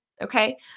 Okay